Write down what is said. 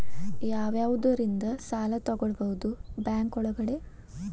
ಯಾವ್ಯಾವುದರಿಂದ ಸಾಲ ತಗೋಬಹುದು ಬ್ಯಾಂಕ್ ಒಳಗಡೆ?